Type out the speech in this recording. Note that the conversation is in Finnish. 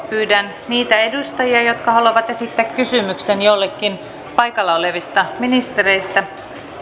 pyydän niitä edustajia jotka haluavat esittää kysymyksen jollekin paikalla olevista ministereistä